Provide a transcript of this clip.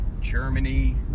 Germany